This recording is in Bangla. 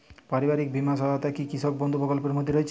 পারিবারিক বীমা সহায়তা কি কৃষক বন্ধু প্রকল্পের মধ্যে রয়েছে?